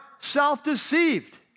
self-deceived